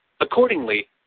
Accordingly